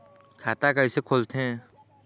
खाता कइसे खोलथें?